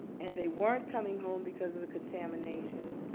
and they weren't coming home because of the contamination.